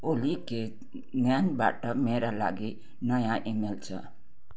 ओली के ऱ्यानबाट मेरा लागि नयाँ इमेल छ